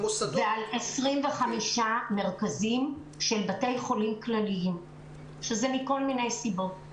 ועל 25 מרכזים של בתי חולים כלליים וזה מכל מיני סיבות.